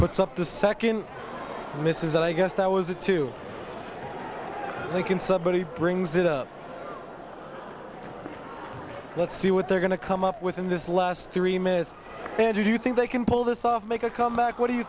puts up the second misses i guess that was a two we can somebody brings it up let's see what they're going to come up with in this last three minutes and do you think they can pull this off make a comeback what do you